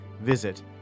Visit